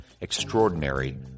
Extraordinary